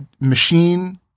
machine